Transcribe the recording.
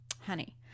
honey